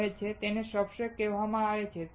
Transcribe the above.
તેને સબસ્ટ્રેટ કહેવામાં આવે છે